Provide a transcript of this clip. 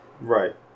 Right